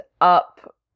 up